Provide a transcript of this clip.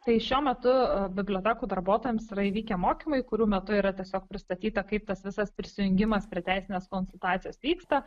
tai šiuo metu bibliotekų darbuotojams yra įvykę mokymai kurių metu yra tiesiog pristatyta kaip tas visas prisijungimas prie teisinės konsultacijos vyksta